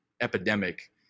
epidemic